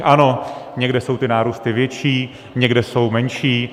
Ano, někde jsou ty nárůsty větší, někde jsou menší.